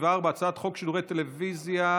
הוא עמד פה בראש לובי שדולת הבריאות בכנסת המון שנים.